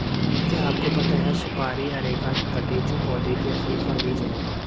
क्या आपको पता है सुपारी अरेका कटेचु पौधे के फल का बीज है?